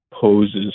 poses